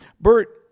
Bert